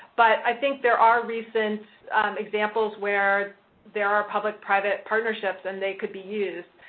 but i think there are recent examples where there are public-private partnerships and they could be used.